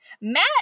Matt